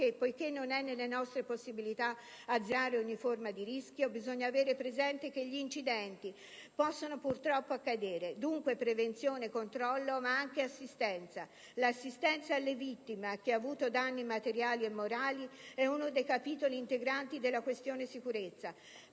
poiché non è nelle nostre possibilità azzerare ogni forma di rischio, bisogna avere presente che gli incidenti possono purtroppo accadere. Dunque, prevenzione, controllo ma anche assistenza. L'assistenza alle vittime, a chi ha avuto danni materiali e morali è uno dei capitoli integranti della questione sicurezza.